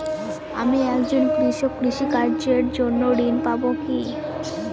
আমি একজন কৃষক কৃষি কার্যের জন্য ঋণ পাব কি?